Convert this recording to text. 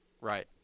Right